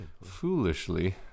foolishly